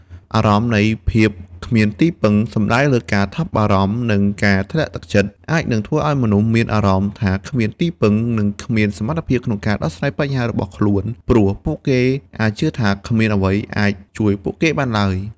អារម្មណ៍នៃភាពគ្មានទីពឹង សំដៅលើការថប់បារម្ភ និងការធ្លាក់ទឹកចិត្តអាចធ្វើឱ្យមនុស្សមានអារម្មណ៍ថាគ្មានទីពឹង និងគ្មានសមត្ថភាពក្នុងការដោះស្រាយបញ្ហារបស់ខ្លួនព្រោះពួកគេអាចជឿថាគ្មានអ្វីអាចជួយពួកគេបានឡើយ។